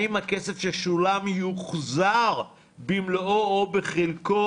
האם הכסף ששולם יוחזר במלואו או בחלק.